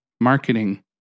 marketing